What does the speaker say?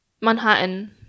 Manhattan